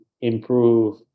improve